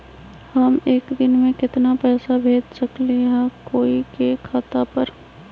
हम एक दिन में केतना पैसा भेज सकली ह कोई के खाता पर?